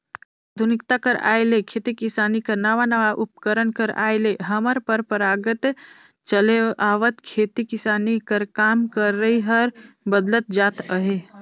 आधुनिकता कर आए ले खेती किसानी कर नावा नावा उपकरन कर आए ले हमर परपरागत चले आवत खेती किसानी कर काम करई हर बदलत जात अहे